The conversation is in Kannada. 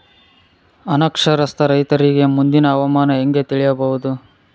ಅನಕ್ಷರಸ್ಥ ರೈತರಿಗೆ ಮುಂದಿನ ಹವಾಮಾನ ಹೆಂಗೆ ತಿಳಿಯಬಹುದು?